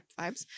vibes